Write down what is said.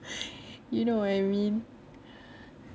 you know what I mean